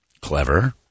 Clever